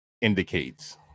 indicates